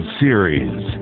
series